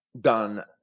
done